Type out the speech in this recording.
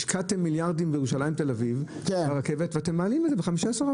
השקעתם מיליארדים ברכבת מירושלים לתל אביב ואתם מעלים את זה ב-15%,